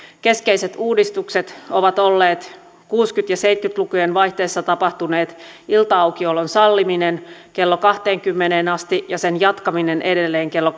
keskeiset uudistukset ovat olleet kuusikymmentä ja seitsemänkymmentä lukujen vaihteessa tapahtuneet ilta aukiolon salliminen kello kahteenkymmeneen asti ja sen jatkaminen edelleen kello